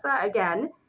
again